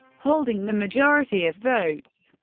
holding the majority of votes.